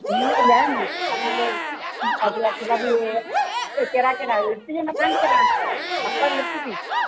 हींअर ॿुधायो न हींअर तव्हांजो अघु रखंदा बि इहे आहिनि कहिड़ा कहिड़ा अपर लिप्स बि